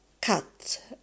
cut